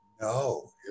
No